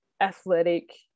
athletic